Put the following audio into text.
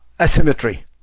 Asymmetry